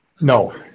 No